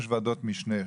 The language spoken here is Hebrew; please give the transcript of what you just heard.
יש ועדות משנה חסויות,